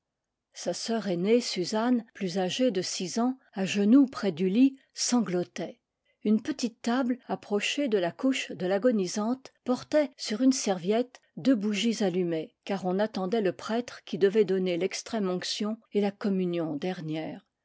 sa sœur aînée suzanne plus âgée de six ans à genoux près du lit sanglotait une petite table approchée de la couche de l'agonisante portait sur une serviette deux bougies allumées car on attendait le prêtre qui devait donner lextrême onction et la communion dernière